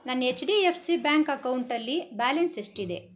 ನನ್ನ H D F C bank ಅಕೌಂಟಲ್ಲಿ balance ಎಷ್ಟಿದೆ